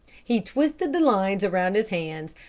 he twisted the lines around his hands,